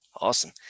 Awesome